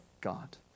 God